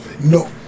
No